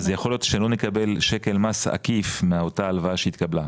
אז יכול להיות שלא נקבל שקל מס עקיף מאותה הלוואה שהתקבלה.